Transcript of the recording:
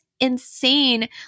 insane